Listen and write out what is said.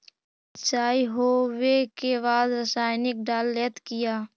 सीचाई हो बे के बाद रसायनिक डालयत किया?